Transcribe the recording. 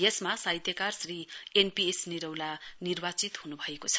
यसमा साहित्यकार Shri N P S Nirola निर्वाचित हुनुभएको छ